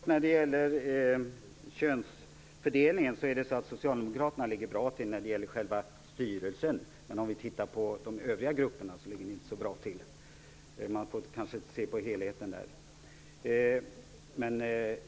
Herr talman! När det gäller könsfördelningen ligger socialdemokraterna bra till i fråga om själva styrelsen, men om vi tittar på de övriga grupperna ligger ni inte så bra till. Man bör kanske se till helheten.